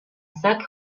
sac